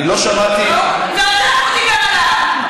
אני לא שמעתי, הוא לא דיבר עלייך.